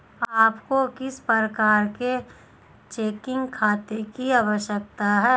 आपको किस प्रकार के चेकिंग खाते की आवश्यकता है?